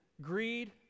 greed